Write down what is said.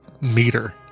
meter